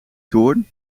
toren